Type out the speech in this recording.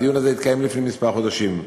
הדיון הזה התקיים לפני כמה חודשים.